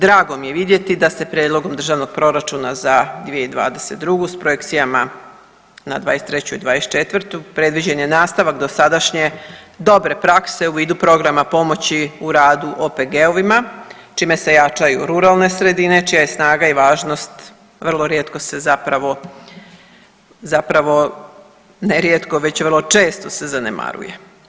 Drago mi je vidjeti da se prijedlogom državnog proračuna za 2022. s projekcijama na '23. i '24. predviđen je nastavak dosadašnje dobre prakse u vidu programa pomoći u radu OPG-ovima čime se jačaju ruralne sredine čija je snaga i važnost vrlo rijetko se zapravo, ne rijetko već vrlo često se zanemaruje.